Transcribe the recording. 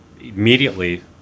immediately